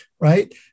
right